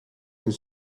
kui